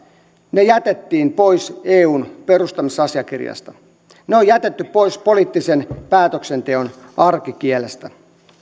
ne jätettiin pois eun perustamisasiakirjasta ne on jätetty pois poliittisen päätöksenteon arkikielestä